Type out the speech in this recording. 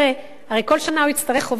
הרי כל שנה הוא יצטרך חובת היוועצות.